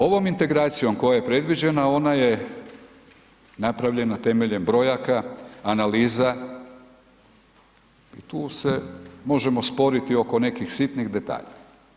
Ovom integracijom koja je predviđena, ona je napravljena temeljem brojaka, analiza, tu se možemo sporiti oko nekih sitnih detalja.